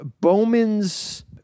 Bowman's